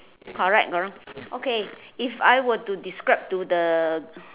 correct ah okay if I were to describe to the